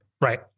right